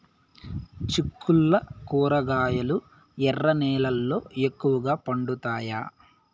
చిక్కుళ్లు కూరగాయలు ఎర్ర నేలల్లో ఎక్కువగా పండుతాయా